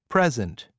Present